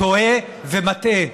טועה ומטעה.